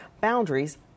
boundaries